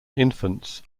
infants